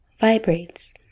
vibrates